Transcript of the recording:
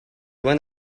when